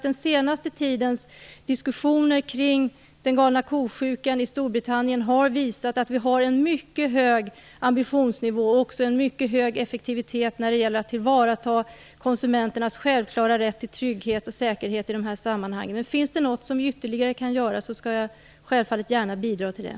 Den senaste tidens diskussioner kring "galna kosjukan" i Storbritannien har visat att vi har en mycket hög ambitionsnivå och också en mycket hög effektivitet när det gäller att tillvarata konsumenternas självklara rätt till trygghet och säkerhet i de här sammanhangen. Finns det något som ytterligare kan göras skall jag självfallet gärna bidra till det.